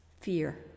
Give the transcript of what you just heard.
fear